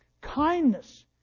kindness